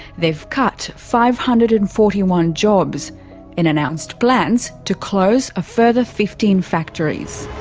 they've cut five hundred and forty one jobs and announced plans to close a further fifteen factories.